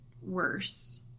worse